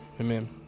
Amen